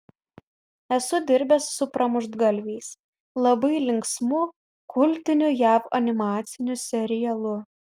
esu dirbęs su pramuštgalviais labai linksmu kultiniu jav animaciniu serialu